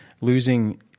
losing